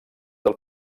del